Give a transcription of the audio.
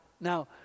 Now